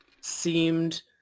seemed